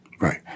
Right